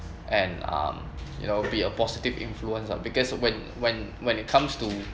and um you know be a positive influence lah because when when when it comes to